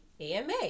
AMA